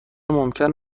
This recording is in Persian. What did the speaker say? ممکن